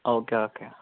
okay okay